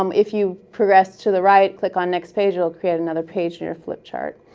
um if you progress to the right, click on next page, it will create another page in your flip chart.